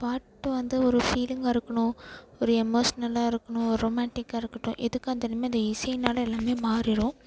பாட்டு வந்து ஒரு ஃபீலிங்காக இருக்கணும் ஒரு எமோஷனல்லாக இருக்கணும் ஒரு ரொமான்டிக்காக இருக்கட்டும் எதுக்காக இருந்தாலுமே அந்த இசையினால எல்லாமே மாறிவிடும்